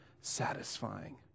satisfying